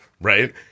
right